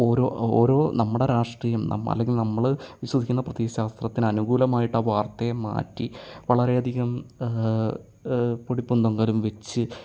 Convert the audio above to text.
ഓരോ ഓരോ നമ്മുടെ രാഷ്ട്രീയം നാമ് അല്ലെങ്ങിൽ നമ്മള് വിശ്വസിക്കുന്ന പ്രത്യയശാസ്ത്രത്തിന് അനുകൂലമായിട്ടാണ് വാർത്തയെ മാറ്റി വളരെയധികം പൊടിപ്പും തൊങ്ങലും വെച്ച്